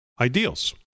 ideals